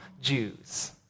Jews